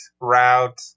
route